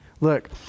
Look